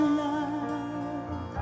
love